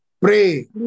Pray